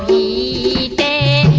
e a